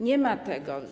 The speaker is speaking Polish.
Nie ma tego.